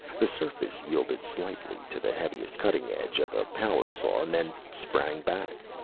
the surface yielded slightly to the heaviest cutting edge of a power saw and then sprang back,